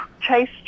Chase